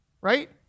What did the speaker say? right